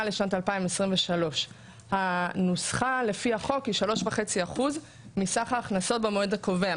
לשנת 2023. הנוסחה לפי החוק היא 3.5% מסך ההכנסות במועד הקובע,